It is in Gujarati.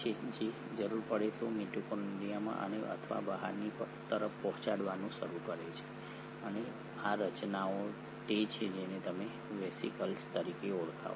જો જરૂર પડે તો મિટોકોન્ડ્રિયામાં અને અથવા બહારની તરફ પહોંચાડવાનું શરૂ કરે છે અને આ રચનાઓ તે છે જેને તમે વેસિકલ્સ તરીકે ઓળખાવો છો